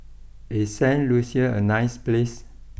is Saint Lucia a nice place